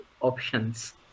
options